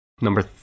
number